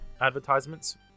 advertisements